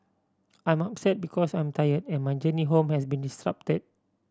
I'm upset because I'm tire and my journey home has been disrupted